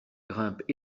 grimpent